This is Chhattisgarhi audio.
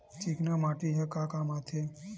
चिकना माटी ह का काम आथे?